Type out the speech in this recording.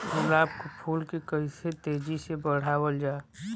गुलाब क फूल के कइसे तेजी से बढ़ावल जा?